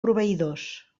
proveïdors